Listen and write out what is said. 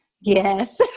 yes